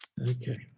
Okay